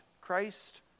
Christ